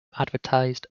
advertised